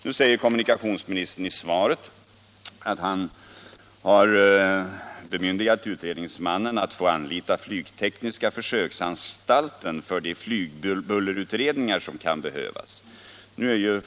Nu säger kommunikationsministern i svaret att han har beslutat att utredningsmannen får anlita flygtekniska försöksanstalten för de flygbullerutredningar som kan behöva göras.